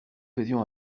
faisions